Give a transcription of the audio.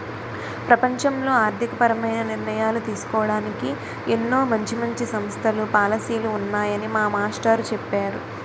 ప్రపంచంలో ఆర్థికపరమైన నిర్ణయాలు తీసుకోడానికి ఎన్నో మంచి మంచి సంస్థలు, పాలసీలు ఉన్నాయని మా మాస్టారు చెప్పేరు